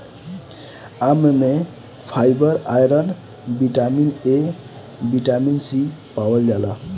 आम में fibre, iron, vitamin A, vitamin C पावल जाला